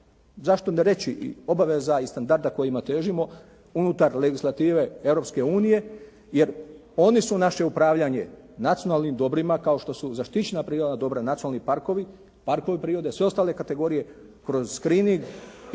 zašto ne reći i obaveza i standarda kojima težimo unutar legislative Europske unije. Jer, oni su našli upravljanje nacionalnim dobrima kao što su zaštićena prirodna dobra, nacionalni parkovi, parkovi prirode, sve ostale kategorije kroz screening